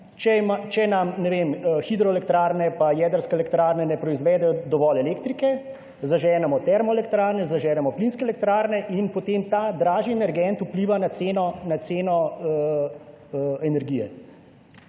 ne vem, hidroelektrarne pa jedrske elektrarne ne proizvedejo dovolj elektrike, zaženemo termoelektrarne, zaženemo plinske elektrarne in potem ta dražji energent vpliva na ceno energije.